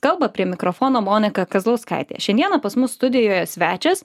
kalba prie mikrofono monika kazlauskaitė šiandieną pas mus studijoje svečias